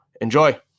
enjoy